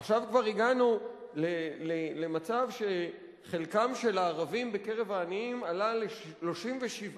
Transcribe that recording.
עכשיו כבר הגענו למצב שחלקם של הערבים בקרב העניים עלה ל-37.8%.